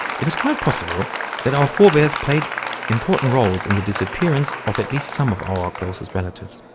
it is quite possible that our forebears played important roles in the disappearance of at least some of our closest relatives.